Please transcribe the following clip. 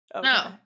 No